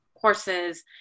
courses